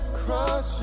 cross